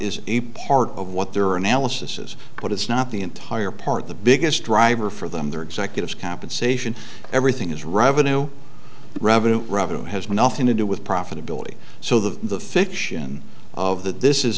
is a part of what their analysis has put it's not the entire part the biggest driver for them their executive compensation everything is revenue revenue revenue has nothing to do with profitability so the fiction of that this is